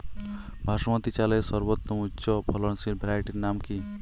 বাসমতী চালের সর্বোত্তম উচ্চ ফলনশীল ভ্যারাইটির নাম কি?